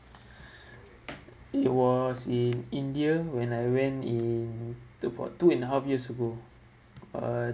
it was in india when I went in about two and a half years ago uh